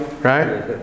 right